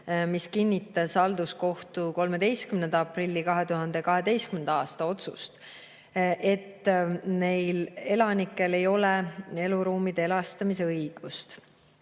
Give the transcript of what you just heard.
mis kinnitas halduskohtu 13. aprilli 2012. aasta otsust, et neil elanikel ei ole eluruumide erastamise õigust.